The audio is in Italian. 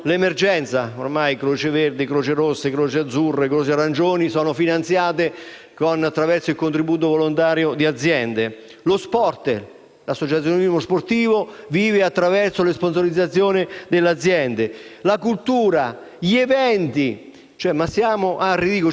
Non è accettabile che un ex Presidente del Consiglio lanci idee di siffatto tipo. Per affrontare queste situazioni ci vuole senso di responsabilità. Bisogna capire cosa fare e oggi è difficile farlo, perché abbiamo avuto quattro decreti-legge emanati dal Governo.